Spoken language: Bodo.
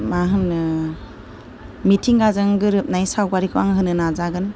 मा होनो मिथिंगाजों गोरोबनाय सावगारिखौ आं होनो नाजागोन